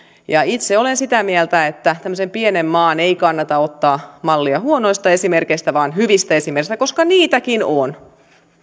ja itse olen sitä mieltä että tämmöisen pienen maan ei kannata ottaa mallia huonoista esimerkeistä vaan hyvistä esimerkeistä koska niitäkin on